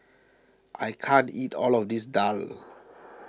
I can't eat all of this Daal